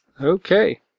Okay